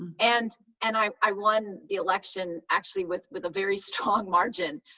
and and i i won the election, actually, with with a very strong margin,